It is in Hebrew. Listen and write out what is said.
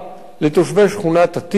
לתושבי שכונת-התקווה,